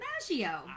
DiMaggio